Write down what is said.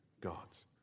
God's